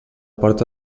porta